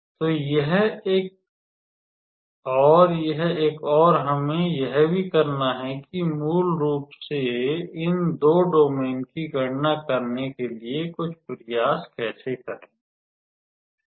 तो यह एक और यह एक और हमें यह भी करना है कि मूल रूप से इन दो डोमेन की गणना करने के लिए कुछ प्रयास कैसे करें